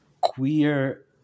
queer